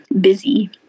busy